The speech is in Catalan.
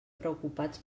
preocupats